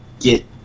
get